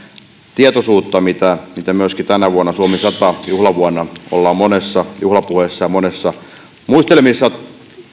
tietoisuutta mitä mitä myöskin tänä vuonna suomi sata juhlavuonna ollaan monessa juhlapuheessa ja monissa muistelmissa